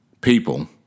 people